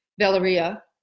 Valeria